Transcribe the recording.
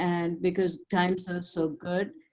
and because times are so good.